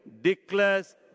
declares